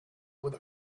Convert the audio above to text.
with